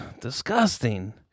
disgusting